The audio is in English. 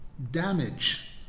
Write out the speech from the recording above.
Damage